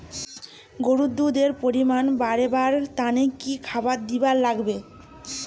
গরুর দুধ এর পরিমাণ বারেবার তানে কি খাবার দিবার লাগবে?